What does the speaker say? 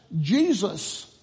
Jesus